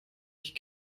ich